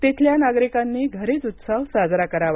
तिथल्या नागरिकांनी घरीच उत्सव साजरा करावा